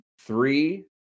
three